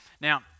Now